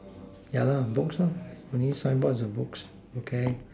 yeah lah books lah only signboard for books okay